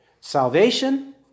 Salvation